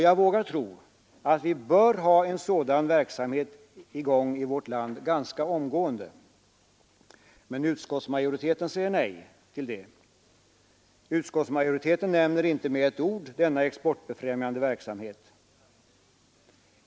Jag tror att vi borde ha en sådan verksamhet i vårt land ganska omgående. Men utskottsmajoriteten avstyrker detta i sin hemställan och nämner inte med ett ord denna exportbefrämjande verksamhet i betänkandet.